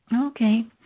Okay